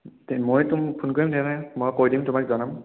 তে মইতো ফোন কৰিম তেনে মই কৈ দিম তোমাক জনাম